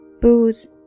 booze